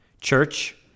church